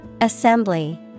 assembly